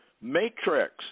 matrix